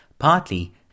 Partly